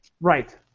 Right